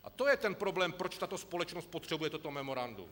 A to je ten problém, proč tato společnost potřebuje toto memorandum.